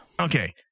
Okay